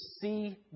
see